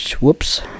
Whoops